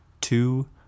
two